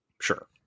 Sure